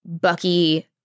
Bucky